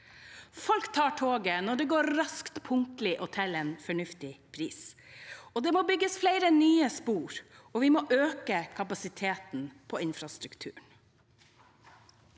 Folk tar toget når det går raskt, punktlig og til en fornuftig pris. Det må bygges flere nye spor, og vi må øke kapasiteten på infrastrukturen.